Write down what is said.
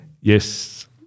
yes